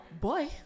boy